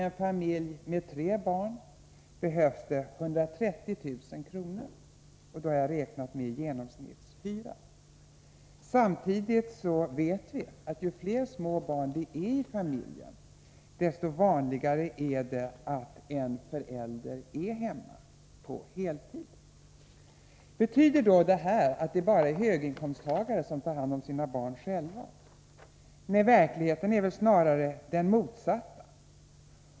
En familj med tre barn behöver 130 000 kr. Då har jag räknat med genomsnittshyra. Samtidigt vet vi att ju flera små barn det finns i familjen, desto vanligare är det att en förälder är hemma på heltid. Betyder då detta att bara höginkomsttagare tar hand om sina barn själva? Nej, verkligheten är väl snarare den motsatta.